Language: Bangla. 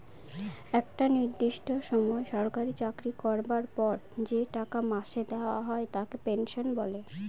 একটা নির্দিষ্ট সময় সরকারি চাকরি করবার পর যে টাকা মাসে দেওয়া হয় তাকে পেনশন বলে